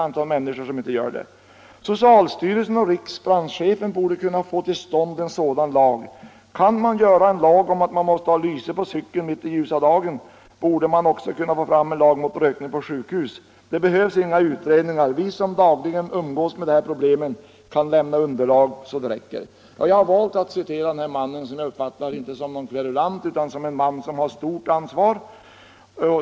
I det tidigare citerade uttalandet sägs det vidare: ”Socialstyrelsen och riksbrandchefen borde kunna få till stånd en sådan lag. Kan man göra en lag om att man måste ha lyse på cykeln mitt på ljusa dagen borde man också kunna få fram en lag mot rökning på sjukhus. Det behövs inga utredningar — vi som dagligen umgås med de här problemen kan lämna underlag så det räcker.” Jag har valt att citera den här chefen som jag inte uppfattar som någon kverulant utan som en man med ett stort ansvar.